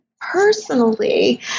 personally